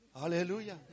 Hallelujah